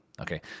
okay